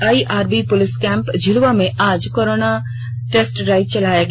IRB police camp Jhilua में आज corona testing drive चलाया गया